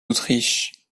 autriche